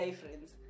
friends